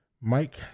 Mike